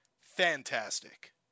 fantastic